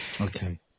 Okay